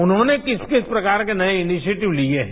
उन्होंने किस किस प्रकार के नये इनिशिएटिव लिये हैं